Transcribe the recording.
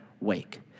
wake